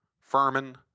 Furman